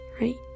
right